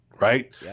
right